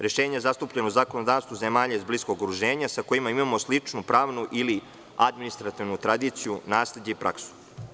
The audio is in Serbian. Rešenja zastupljena u zakonodavstvu zemalja iz bliskog okruženja sa kojima imamo sličnu pravnu ili administrativnu tradiciju, nasleđe i praksu.